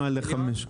אה, ל-510.